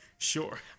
Sure